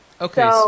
Okay